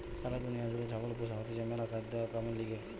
সারা দুনিয়া জুড়ে ছাগল পোষা হতিছে ম্যালা খাদ্য আর কামের লিগে